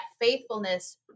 faithfulness